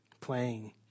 playing